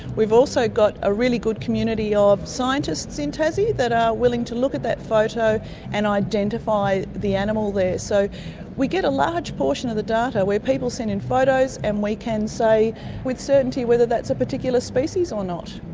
we've also got a really good community of scientists in tassie that are willing to look at that photo and identify the animal there. so we get a large portion of the data where people send in photos and we can say with certainty whether that's a particular species or not.